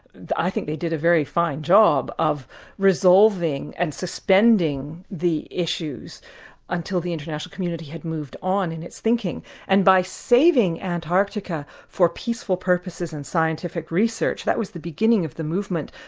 i think they did a very fine job of resolving and suspending the issues until the international community had moved on in its thinking and by saving antarctica for peaceful purposes and scientific research, that was the beginning of the movement,